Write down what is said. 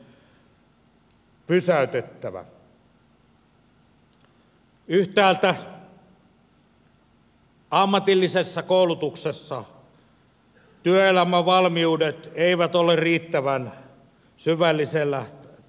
yhtäältä ammatillisessa koulutuksessa työelämävalmiudet eivät ole riittävän syvällisellä tasolla